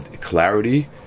clarity